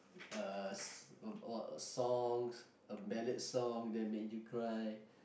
uh s~ what songs uh ballad songs that made you cry